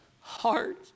heart